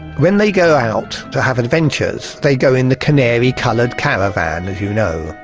when they go out to have adventures they go in the canary-coloured caravan, as you know,